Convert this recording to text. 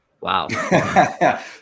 Wow